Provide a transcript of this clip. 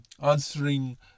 answering